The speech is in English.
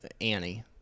Annie